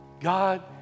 God